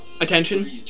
Attention